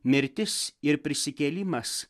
mirtis ir prisikėlimas